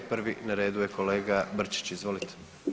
Prvi na redu je kolega Brčić, izvolite.